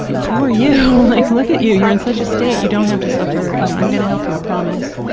poor you. like, look at you! you're in such a state. you don't have to suffer. you know i'm going to help you. i promise.